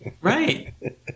Right